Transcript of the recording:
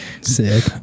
sick